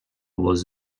was